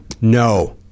No